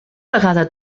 vegada